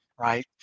Right